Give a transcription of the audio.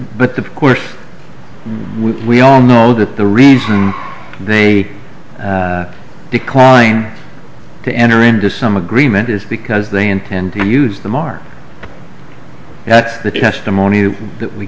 the court we all know that the reason they declined to enter into some agreement is because they intend to use the mark that's the testimony that we